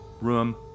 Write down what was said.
room